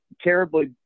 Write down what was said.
terribly